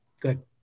good